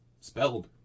spelled